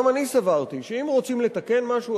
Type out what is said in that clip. גם אני סברתי שאם רוצים לתקן משהו,